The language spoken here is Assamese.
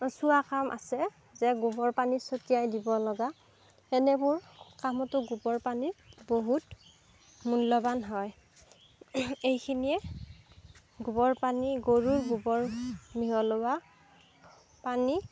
চুৱা কাম আছে যে গোবৰ পানী ছটিয়াই দিব লগা তেনেবোৰ কামতো গোবৰ পানী বহুত মূল্যৱান হয় এইখিনিয়ে গোবৰ পানী গৰুৰ গোবৰ মিহলোৱা পানী